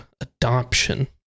adoption